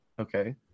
Okay